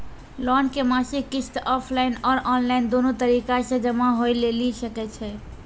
Loan के मासिक किस्त ऑफलाइन और ऑनलाइन दोनो तरीका से जमा होय लेली सकै छै?